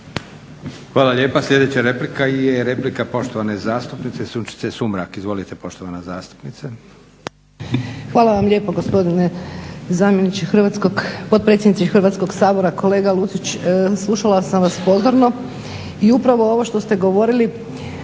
Hvala lijepa. Sljedeća replika je replika poštovane zastupnice Đurđice Sumrak. Izvolite poštovana zastupnice. **Sumrak, Đurđica (HDZ)** Hvala vam lijepo gospodine potpredsjedniče Hrvatskog sabora. Kolega Lucić slušala sam vas pozorno i upravo ovo što ste govorili